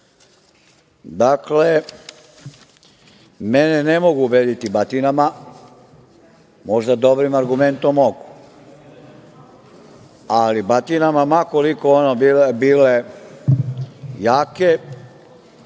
Dakle, mene ne mogu ubediti batinama. Možda dobrim argumentom mogu, ali batinama ma koliko one bile jake